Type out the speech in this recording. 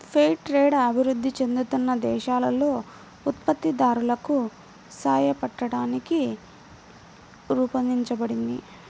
fair trade అభివృద్ధి చెందుతున్న దేశాలలో ఉత్పత్తిదారులకు సాయపట్టానికి రూపొందించబడింది